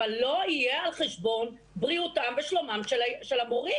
אבל לא יהיה על חשבון בריאותם ושלומם של המורים.